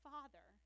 Father